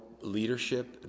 leadership